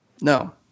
No